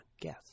guess